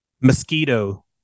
mosquito